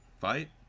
fight